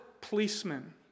policemen